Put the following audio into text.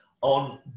on